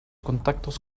contactos